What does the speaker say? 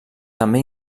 també